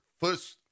first